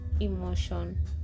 emotion